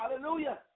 Hallelujah